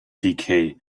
decay